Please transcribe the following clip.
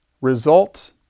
result